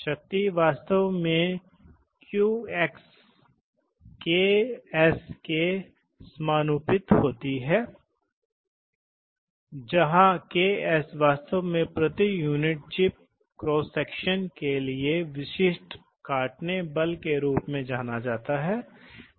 आप विभिन्न प्रकार की प्रतिक्रिया प्राप्त कर सकते हैं उदाहरण के लिए छोटे कक्षों के लिए यह एक नम प्रतिक्रिया के तहत होने जा रहा है इसलिए दबाव का निर्माण होगा तो यह ओवरशूट करेगा और धीरे धीरे वास्तविक दबाव से निपट जाएगा जबकि अगर आपके पास बड़ा कक्ष है तो कभी कभी यह ओवर डंप की गई प्रतिक्रिया हो सकती है लेकिन किसी भी मामले में एक निश्चित समय समाप्त हो जाता है उदाहरण के लिए हमें सेट कहते हैं इसलिए एक्चुएशन होने से पहले इस समय की बहुत आवश्यकता होगी